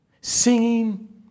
Singing